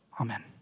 Amen